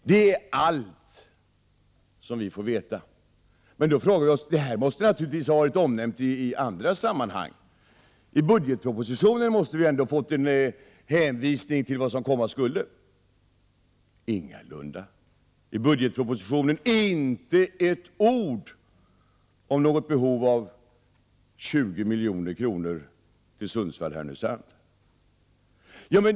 Det är allt som vi får veta. Men då frågar vi oss om inte detta har varit omnämnt i något annat sammanhang. I budgetpropositionen måste vi ha fått en hänvisning till vad som komma skulle? Ingalunda. I budgetpropositionen finns inte ett ord om ett behov av 20 milj.kr. till Sundsvall/Härnösand.